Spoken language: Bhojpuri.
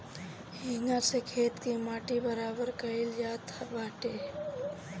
हेंगा से खेत के माटी बराबर कईल जात बाटे